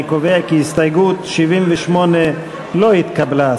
אני קובע כי הסתייגות 78 לא התקבלה.